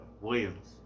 Williams